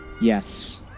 Yes